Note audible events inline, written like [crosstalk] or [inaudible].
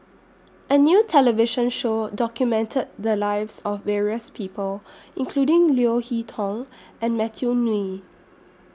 A New television Show documented The Lives of various People including Leo Hee Tong and Matthew [unintelligible]